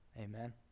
Amen